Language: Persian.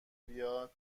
بیاد